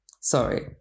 Sorry